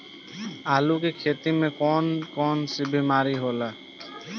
आलू की खेती में कौन कौन सी बीमारी होला?